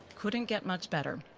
couldn't get much better.